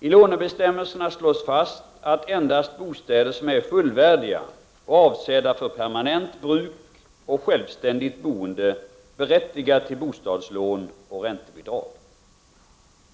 I lånebestämmelserna slås det fast att endast bostäder som är fullvärdiga och avsedda för permanent bruk och självständigt boende berättigar till bostadslån och räntebidrag.